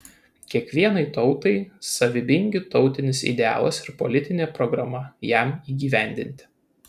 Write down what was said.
kiekvienai tautai savybingi tautinis idealas ir politinė programa jam įgyvendinti